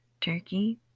Turkey